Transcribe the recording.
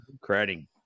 creating